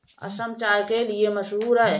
असम चाय के लिए मशहूर है